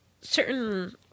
certain